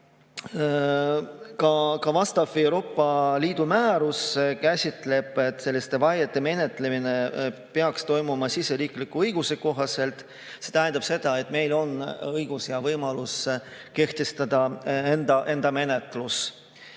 Ka Euroopa Liidu määrus käsitleb seda nii, et selliste vaiete menetlemine peaks toimuma siseriikliku õiguse kohaselt. See tähendab seda, et meil on õigus ja võimalus kehtestada enda menetlus[kord].